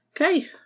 Okay